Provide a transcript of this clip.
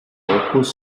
opus